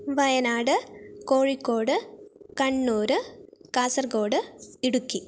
Wayanad Kozhikode Kannur Kasaragod Idukki